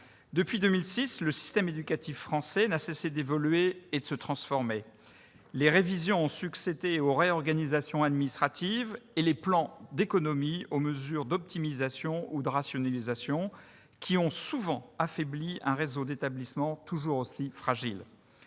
Depuis 2006, le système éducatif français n'a cessé d'évoluer et de se transformer. Les révisions ont succédé aux réorganisations administratives, et les plans d'économies aux mesures d'optimisation ou de rationalisation, qui ont souvent affaibli un réseau d'établissements toujours aussi fragiles.